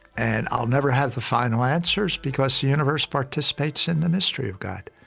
and i'll never have the final answers because the universe participates in the mystery of god.